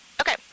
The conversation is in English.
Okay